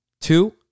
Two